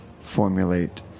Formulate